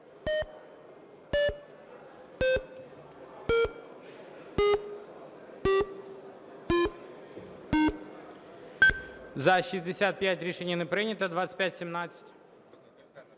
За – 65. Рішення не прийнято. 2517.